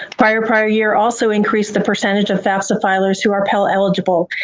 prior-prior year also increased the percentage of fafsa filers who are pell eligible,